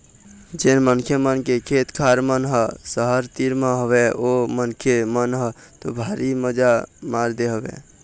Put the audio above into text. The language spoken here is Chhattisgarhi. जेन मनखे मन के खेत खार मन ह सहर तीर म हवय ओ मनखे मन ह तो भारी मजा मार दे हवय